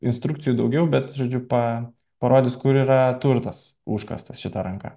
instrukcijų daugiau bet žodžiu pa parodys kur yra turtas užkastas šita ranka